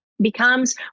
becomes